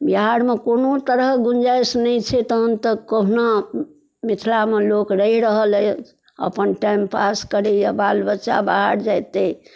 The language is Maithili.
बिहारमे कोनो तरहक गुंजाइश नहि छै तहन तऽ कहुना मिथिलामे लोक रहि रहल अइ अपन टाइम पास करैया बाल बच्चा बाहर जयतै